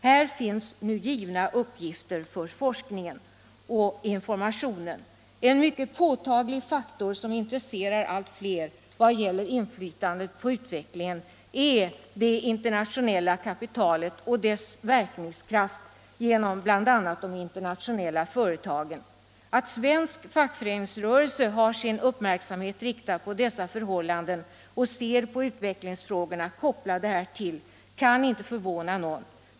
Här finns nu givna uppgifter för forskningen och informationen. En mycket påtaglig faktor som intresserar allt fler vad gäller inflytandet på utvecklingen är det internationella kapitalet och dess verkningskraft genom bl.a. de internationella företagen. Att svensk fackföreningsrörelse har sin uppmärksamhet riktad på dessa förhållanden och ser på utvecklingsfrågorna kopplade härtill kan inte förvåna någon.